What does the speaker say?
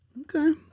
Okay